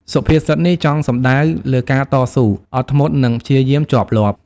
សុភាសិតនេះចង់សំដៅលើការតស៊ូ អត់ធ្មត់ និងព្យាយាមជាប់លាប់។